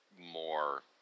more –